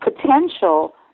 potential